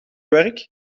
werk